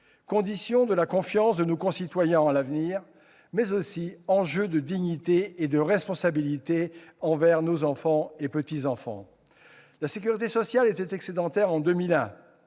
condition de la confiance de nos concitoyens en l'avenir, mais aussi enjeu de dignité et de responsabilité envers nos enfants et petits-enfants. La sécurité sociale était excédentaire en 2001.